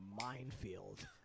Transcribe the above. minefield